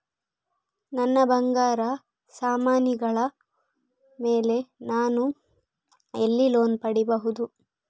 ನನ್ನ ಬಂಗಾರ ಸಾಮಾನಿಗಳ ಮೇಲೆ ನಾನು ಎಲ್ಲಿ ಲೋನ್ ಪಡಿಬಹುದು?